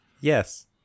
Yes